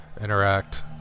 interact